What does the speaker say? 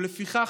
לפיכך,